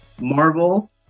Marvel